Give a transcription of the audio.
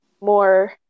more